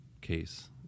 case